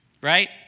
right